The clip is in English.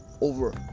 over